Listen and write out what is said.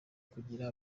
kugira